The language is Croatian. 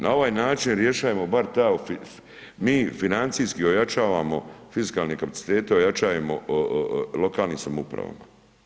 Na ovaj način rješavajmo bar ta mi financijski ojačavamo fiskalne kapacitete, ojačavamo lokalnim samoupravama.